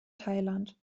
thailand